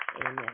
Amen